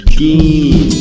good